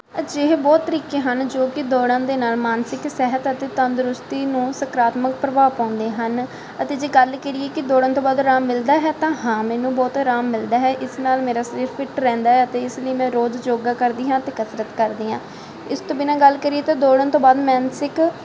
ਅਜਿਹੇ ਬਹੁਤ ਤਰੀਕੇ ਹਨ ਜੋ ਕਿ ਦੌੜਨ ਦੇ ਨਾਲ ਮਾਨਸਿਕ ਸਿਹਤ ਅਤੇ ਤੰਦਰੁਸਤੀ ਨੂੰ ਸਕਾਰਾਤਮਕ ਪ੍ਰਭਾਵ ਪਾਉਂਦੇ ਹਨ ਅਤੇ ਜੇ ਗੱਲ ਕਰੀਏ ਕਿ ਦੌੜਨ ਤੋਂ ਬਾਅਦ ਆਰਾਮ ਮਿਲਦਾ ਹੈ ਤਾਂ ਹਾਂ ਮੈਨੂੰ ਬਹੁਤ ਆਰਾਮ ਮਿਲਦਾ ਹੈ ਇਸ ਨਾਲ ਮੇਰਾ ਸਰੀਰ ਫਿੱਟ ਰਹਿੰਦਾ ਅਤੇ ਇਸ ਲਈ ਮੈਂ ਰੋਜ਼ ਯੋਗਾ ਕਰਦੀ ਹਾਂ ਅਤੇ ਕਸਰਤ ਕਰਦੀ ਹਾਂ ਇਸ ਤੋਂ ਬਿਨਾਂ ਗੱਲ ਕਰੀਏ ਤਾਂ ਦੌੜਨ ਤੋਂ ਬਾਅਦ ਮਾਨਸਿਕ